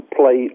play